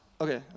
Okay